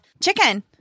Chicken